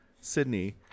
Sydney